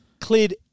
cleared